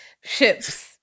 Ships